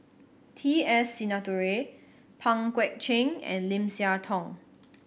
T S Sinnathuray Pang Guek Cheng and Lim Siah Tong